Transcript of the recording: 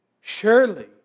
surely